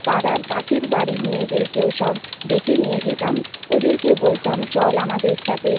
পাড়ার পাশের বাড়ির মেয়েদেরকেও সব ডেকে নিয়ে যেতাম ওদেরকে বলতাম চল আমাদের সাথে